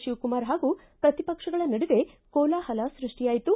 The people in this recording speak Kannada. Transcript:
ಶಿವಕುಮಾರ ಹಾಗೂ ಪ್ರತಿಪಕ್ಷಗಳ ನಡುವೆ ಕೋಲಾಹಲ ಸೃಷ್ಷಿಯಾಯಿತು